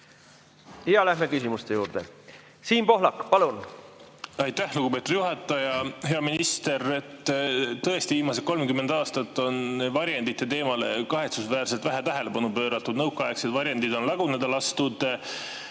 Ja läheme küsimuste juurde. Siim Pohlak, palun!